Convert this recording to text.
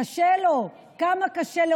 קשה לו.